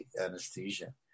anesthesia